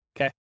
Okay